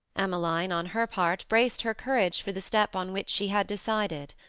emmeline, on her part, braced her courage for the step on which she had decided.